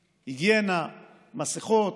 היגיינה, מסכות,